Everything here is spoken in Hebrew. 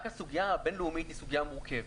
רק הסוגיה הבין-לאומית היא סוגיה מורכבת.